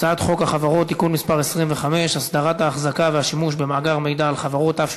הצעת החוק, הוחל עליה דין